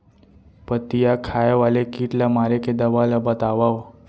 पत्तियां खाए वाले किट ला मारे के दवा ला बतावव?